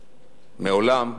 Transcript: מעולם.